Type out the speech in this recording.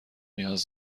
نیاز